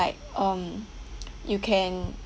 like um you can